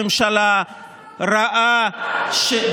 ראש הממשלה לא עובר את אחוז החסימה,